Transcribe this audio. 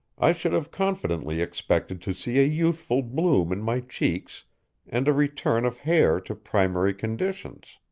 i should have confidently expected to see a youthful bloom in my cheeks and a return of hair to primary conditions.